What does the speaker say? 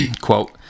Quote